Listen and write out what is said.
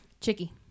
Chicky